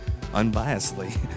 unbiasedly